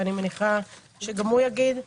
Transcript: ואני מניחה שגם הוא ידבר.